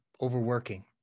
overworking